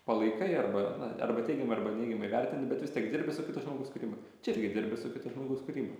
palaikai arba arba teigiamai arba neigiamai vertini bet vis tiek dirbi su kito žmogus kūryba čia irgi dirbi su kito žmogus kūryba